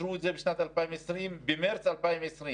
אישרו את זה בשנת 2020, במרס 2020,